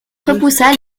repoussa